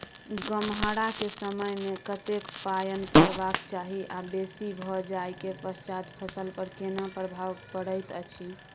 गम्हरा के समय मे कतेक पायन परबाक चाही आ बेसी भ जाय के पश्चात फसल पर केना प्रभाव परैत अछि?